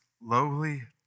lowly